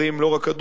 לא רק הדרוזיים,